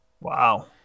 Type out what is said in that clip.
wow